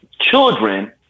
children